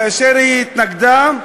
כאשר היא התנגדה,